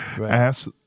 Ask